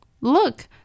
Look